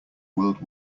world